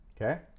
Okay